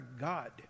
God